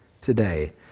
today